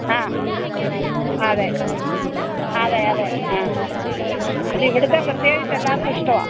ആ അതെ അതെ അതെ ആഹ് അത് ഇവിടത്തെ പ്രത്യേകിച്ച് എല്ലാവര്ക്കും ഇഷ്ടമാണ്